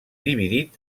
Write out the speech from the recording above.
dividit